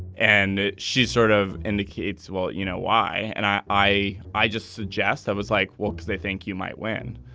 and she sort of indicates well you know why. and i i i just suggest i was like what because they think you might win.